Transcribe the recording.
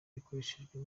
yakoreshejwe